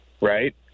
Right